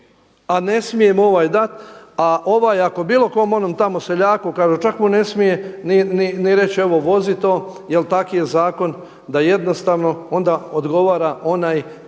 a ne smije mu ovaj dati, a ovaj ako bilo kojem onom tamo seljaku, čak mu ne smije ni reći: evo vozi to, jer takav je zakon da jednostavno onda odgovara onaj